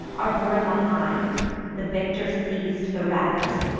are borne behind the victor seiz'd the rest.